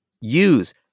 use